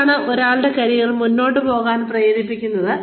എന്താണ് ഒരാളുടെ കരിയറിൽ മുന്നോട്ട് പോവാൻ പ്രേരിപ്പിക്കുന്നത്